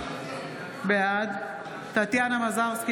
בעד טטיאנה מזרסקי,